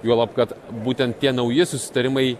juolab kad būtent tie nauji susitarimai